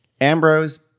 Ambrose